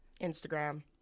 instagram